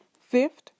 Fifth